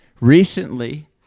recently